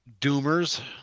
Doomers